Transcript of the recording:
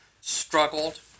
struggled